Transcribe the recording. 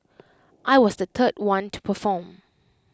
I was the third one to perform